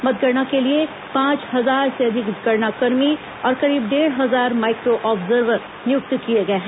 मतगणना के लिए पांच हजार से अधिक गणनाकर्मी और करीब डेढ़ हजार माइक्रो ऑब्जर्वर नियुक्त किए गए हैं